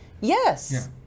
Yes